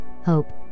hope